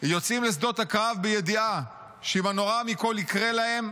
יוצאים לשדות הקרב בידיעה שאם הנורא מכול יקרה להם,